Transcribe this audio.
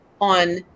on